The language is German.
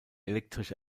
elektrische